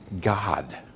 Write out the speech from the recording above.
God